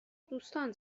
دوستان